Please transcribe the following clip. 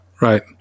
Right